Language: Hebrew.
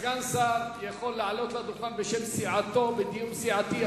סגן שר יכול לעלות לדוכן בשם סיעתו בדיון סיעתי.